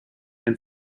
and